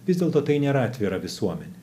vis dėlto tai nėra atvira visuomenė